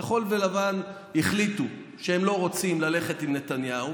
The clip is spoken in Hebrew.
כחול לבן החליטו שהם לא רוצים ללכת עם נתניהו.